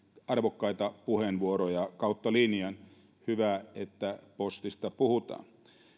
arvokkaita puheenvuoroja kautta linjan hyvä että postista puhutaan